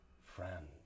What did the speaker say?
Friend